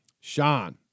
Sean